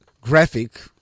graphic